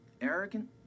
Arrogant